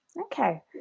Okay